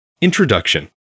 Introduction